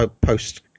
post